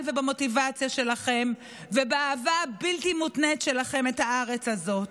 ובמוטיבציה שלכם ובאהבה הבלתי-מותנית שלכם לארץ הזאת.